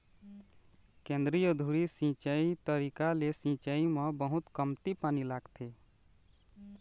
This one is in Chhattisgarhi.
केंद्रीय धुरी सिंचई तरीका ले सिंचाई म बहुत कमती पानी लागथे